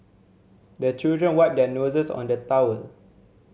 the children wipe their noses on the towel